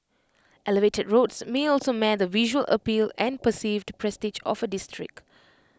elevated roads may also mar the visual appeal and perceived prestige of A district